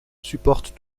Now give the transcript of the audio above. supporte